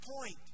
point